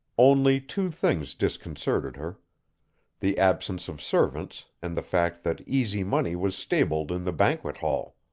only two things disconcerted her the absence of servants and the fact that easy money was stabled in the banquet hall.